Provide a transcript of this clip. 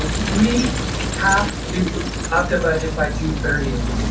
ah we have to adopt the budget by june thirtieth.